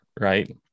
right